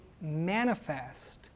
manifest